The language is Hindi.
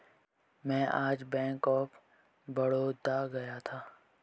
मैं आज बैंक ऑफ बड़ौदा गया था